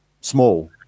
small